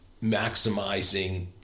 maximizing